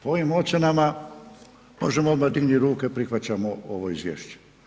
Po ovim ocjenama možemo odmah dignuti ruke, prihvaćamo ovo izvješće.